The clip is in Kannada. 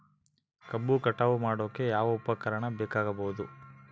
ಕಬ್ಬು ಕಟಾವು ಮಾಡೋಕೆ ಯಾವ ಉಪಕರಣ ಬೇಕಾಗಬಹುದು?